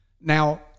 Now